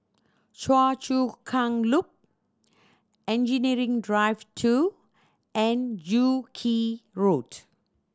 Choa Chu Kang Loop Engineering Drive Two and Joo Yee Road